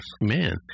man